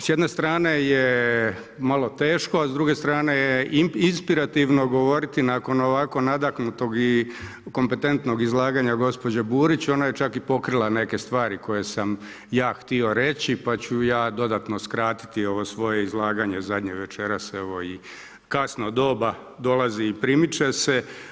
S jedne strane je malo teško, a s druge strane je inspirativno govoriti nakon ovako nadahnutog i kompetentnog izlaganja gospođe Burić, ona je čak i pokrila neke stvari koje sam ja htio reći, pa ću ja dodano skratiti ovo svoje izlaganje zadnje večeras evo i kasno doba dolazi i primiče se.